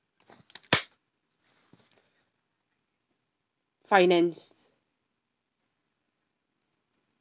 finance